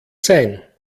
sein